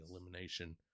elimination